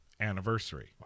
anniversary